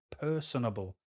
personable